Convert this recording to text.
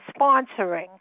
sponsoring